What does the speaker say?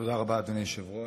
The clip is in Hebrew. תודה רבה, אדוני היושב-ראש.